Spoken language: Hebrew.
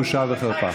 בושה וחרפה.